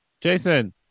Jason